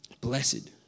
Blessed